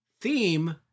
theme